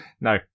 No